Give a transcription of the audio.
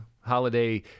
holiday